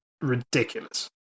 ridiculous